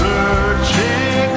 Searching